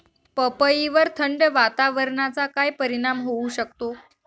पपईवर थंड वातावरणाचा काय परिणाम होऊ शकतो?